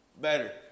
better